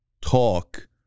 talk